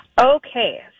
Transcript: Okay